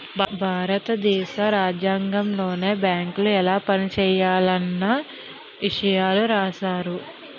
భారత దేశ రాజ్యాంగంలోనే బేంకులు ఎలా పనిజేయాలన్న ఇసయాలు రాశారు